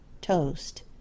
toast